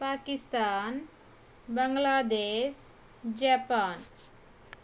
Pakistan Bangladesh Japan